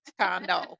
condo